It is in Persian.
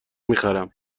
میخرم